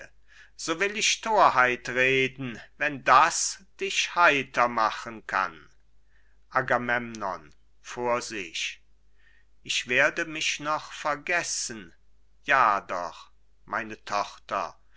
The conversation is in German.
so will ich thorheit reden wenn das dich heiter machen kann agamemnon für sich ich werde mich noch vergessen ja doch meine tochter